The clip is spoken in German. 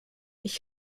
ich